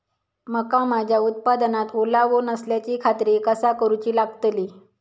मका माझ्या उत्पादनात ओलावो नसल्याची खात्री कसा करुची लागतली?